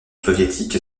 soviétique